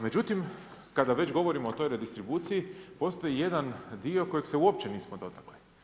Međutim kada već govorimo o toj redistribuciji, postoji jedan dio kojeg se uopće nismo dotakli.